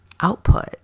output